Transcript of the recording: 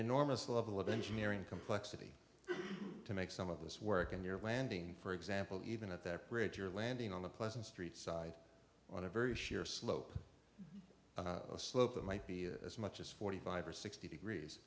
enormous level of engineering complexity to make some of this work and your landing for example even at that bridge or landing on the pleasant street side on a very sheer slope slope it might be as much as forty five or sixty degrees